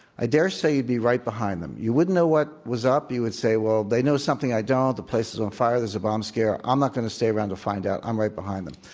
i daresay you'd be right behind them. you wouldn't know what was up. you would say, well, they know something i don't. the place is on fire. there's a bomb scare. i'm not going to stay around to find out. i'm right behind them.